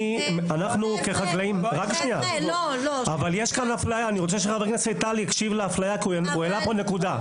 אני רוצה שחבר הכנסת טל יקשיב לאפליה כי הוא העלה נקודה.